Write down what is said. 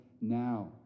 now